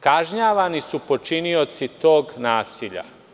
Kažnjavani su počinioci tog nasilja.